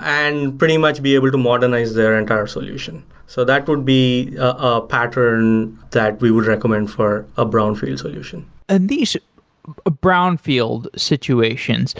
and pretty much be able to modernize their entire solution. so that would be a pattern that we would recommend for a brownfield solution and these ah brownfield situations,